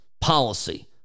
policy